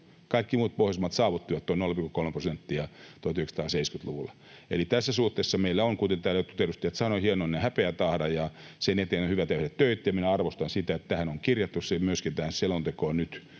kaikki muut Pohjoismaat — saavuttivat tuon 0,7 prosenttia 1970-luvulla. Eli tässä suhteessa meillä on, kuten täällä jotkut edustajat sanoivat, hienoinen häpeätahra, ja sen eteen on hyvä tehdä töitä. Arvostan sitä, että myöskin tähän selontekoon on